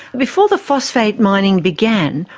before the phosphate mining began,